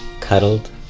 cuddled